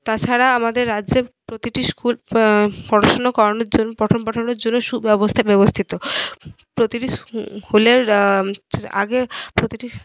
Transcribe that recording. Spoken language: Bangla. তাছাড়া আমাদের রাজ্যের প্রতিটি স্কুল পড়াশোনা করানোর জন্য পঠনপাঠনের জন্য সুব্যবস্থায় ব্যবস্থিত প্রতিটি স্কুলের আগে প্রতিটি